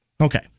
Okay